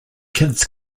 kids